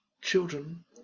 children